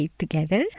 together